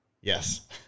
yes